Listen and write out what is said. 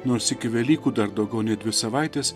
nors iki velykų dar daugiau nei dvi savaitės